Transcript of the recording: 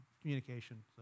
communication